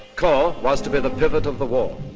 caen was to be the pivot of the war.